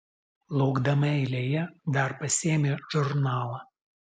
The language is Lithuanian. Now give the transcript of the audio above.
laukdama eilėje dar pasiėmė žurnalą